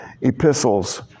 epistles